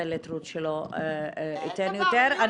מתנצלת רות שאני לא אתן יותר.